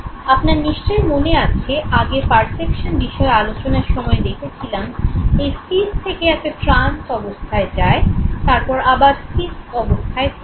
আপনার নিশ্চয়ই মনে আছে আগে পারসেপশন বিষয়ে আলোচনার সময়ে দেখেছিলাম এই সিস থেকে একটা ট্রান্স অবস্থায় যায় তারপর আবার সিস অবস্থায় ফেরে